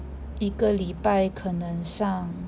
一个礼拜可能上